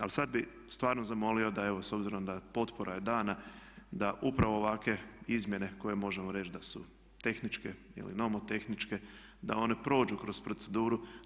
Ali sada bih stvarno zamolio da evo s obzirom potpora je dana da upravo ovakve izmjene koje možemo reći da su tehničke ili nomotehničke da one prođu kroz proceduru.